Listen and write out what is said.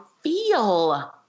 feel